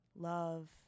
love